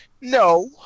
No